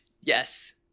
Yes